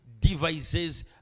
devices